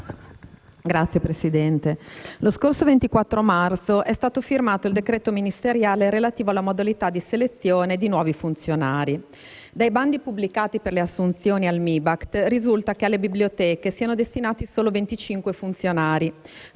Signor Ministro, lo scorso 24 marzo è stato firmato il decreto ministeriale relativo alle modalità di selezione di nuovi funzionari. Dai bandi pubblicati per le assunzioni al MIBACT, risulta che alle biblioteche siano destinati solo 25 funzionari,